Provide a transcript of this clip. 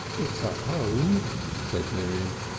it's a um said miriam.